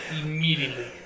immediately